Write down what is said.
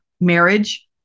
marriage